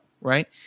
right